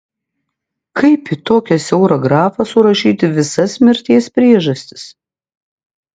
kaip į tokią siaurą grafą surašyti visas mirties priežastis